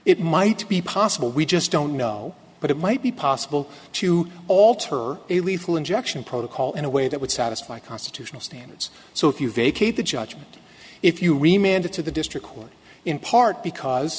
it might be possible we just don't know but it might be possible to alter a lethal injection protocol in a way that would satisfy constitutional standards so if you vacate the judgment if you re mandate to the district court in part because